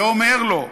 ואומר לו: